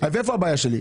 עניין של זמן.